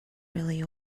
really